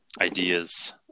ideas